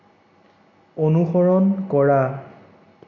অনুসৰণ কৰা